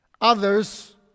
Others